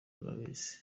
utabizi